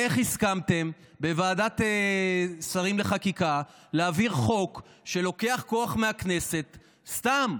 איך הסכמתם בוועדת שרים לחקיקה להעביר חוק שלוקח כוח מהכנסת סתם?